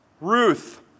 Ruth